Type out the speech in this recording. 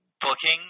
booking